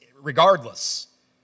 regardless